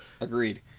Agreed